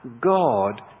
God